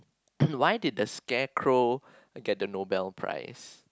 why did the scarecrow get the Nobel-Prize